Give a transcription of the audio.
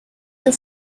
your